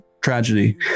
tragedy